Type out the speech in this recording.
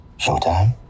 Showtime